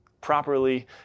properly